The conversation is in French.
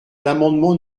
l’amendement